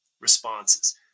responses